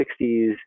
60s